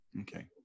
Okay